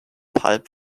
pulp